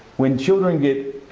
when children get